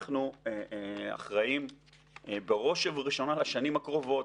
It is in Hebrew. אנחנו אחראים בראש ובראשונה לשנים הקרובות,